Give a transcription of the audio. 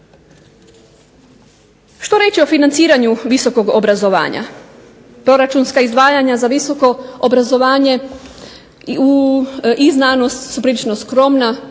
Što reći o financiranju visokog obrazovanja, proračunska izdvajanja za visoko obrazovanje i znanost su prilično skromna